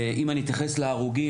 אם אני אתייחס להרוגים,